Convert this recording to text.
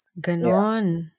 Ganon